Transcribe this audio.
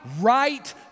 right